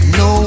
no